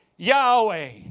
Yahweh